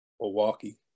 Milwaukee